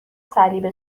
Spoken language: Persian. صلیب